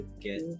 get